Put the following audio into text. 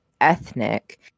ethnic